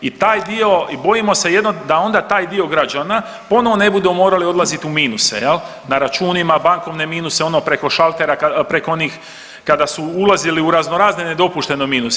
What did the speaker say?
I taj dio i bojimo se da onda taj dio građana ponovno ne budu morali odlazit u minuse na računima, bankovne minuse, ono preko šaltera, preko onih kada su ulazili u razno razne nedopuštene minuse.